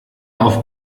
auf